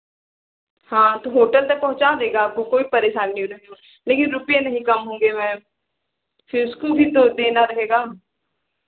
हाँ तो होटल तक पहुँचा देगा आपको कोई परेशानी नहीं होगी लेकिन रुपये नहीं कम होंगे मैम फिर उसको भी तो देना रहेगा